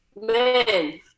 Man